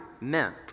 meant